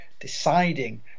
deciding